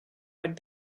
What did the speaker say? would